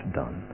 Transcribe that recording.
done